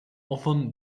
often